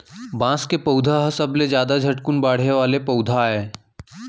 बांस के पउधा ह सबले जादा झटकुन बाड़हे वाला पउधा आय